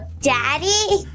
Daddy